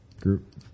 Group